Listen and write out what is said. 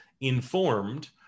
informed